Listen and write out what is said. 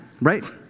right